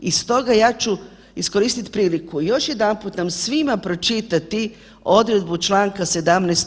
I stoga ja ću iskoristiti priliku još jedanput nam svima pročitati odredbu čl. 17.